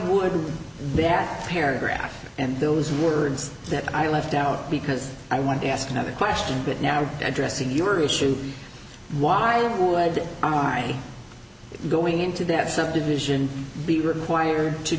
would that paragraph and those words that i left out because i want to ask another question that now addressing your issue why would i mind going into debt some division be required to